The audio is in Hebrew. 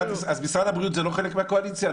משרד הבריאות זה לא חלק מהקואליציה?